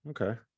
okay